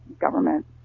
government